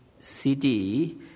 city